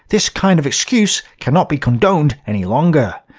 this kind of excuse cannot be condoned any longer.